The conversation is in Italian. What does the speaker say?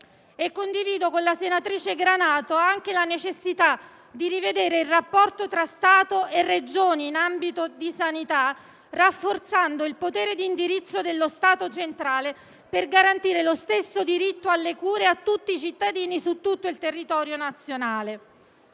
Condivido con la senatrice Granato anche la necessità di rivedere il rapporto tra Stato e Regioni in ambito di sanità, rafforzando il potere di indirizzo dello Stato centrale, per garantire lo stesso diritto alle cure a tutti i cittadini su tutto il territorio nazionale.